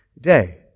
day